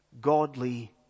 godly